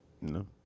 No